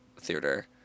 theater